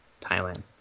Thailand